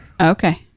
Okay